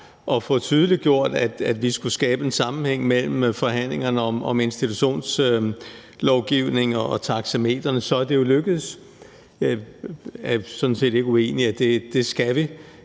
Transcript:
at få tydeliggjort, at vi skulle skabe en sammenhæng mellem forhandlingerne om institutionslovgivning og taxametrene, så er det jo lykkedes. Jeg er sådan set ikke uenig i, at det skal vi.